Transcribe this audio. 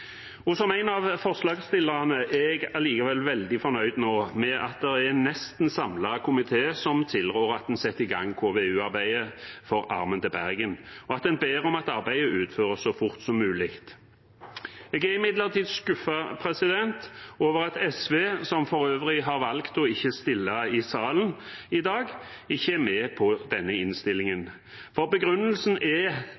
Som en av forslagsstillerne er jeg allikevel nå veldig fornøyd med at det er en nesten samlet komité som tilrår at en setter i gang KVU-arbeidet for armen til Bergen, og at en ber om at arbeidet utføres så fort som mulig. Jeg er imidlertid skuffet over at SV, som for øvrig har valgt ikke å stille i salen i dag, ikke er med på denne innstillingen.